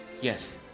Yes